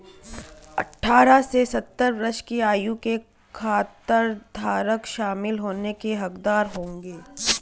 अठारह से सत्तर वर्ष की आयु के खाताधारक शामिल होने के हकदार होंगे